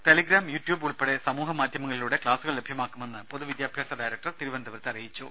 Telegram YouTube ഉൾപ്പെടെ സമൂഹമാധ്യമങ്ങളിലൂടെ ക്കാസുകൾ ലഭ്യമാക്കുമെന്ന് പൊതുവിദ്യാഭ്യാസ ഡയറക്ടർ തിരുവന്തപുരത്ത് അറിയിച്ചു